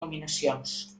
nominacions